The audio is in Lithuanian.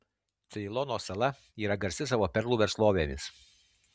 ceilono sala yra garsi savo perlų verslovėmis